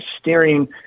steering